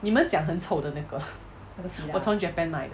你们讲很丑的那个我从 japan 买的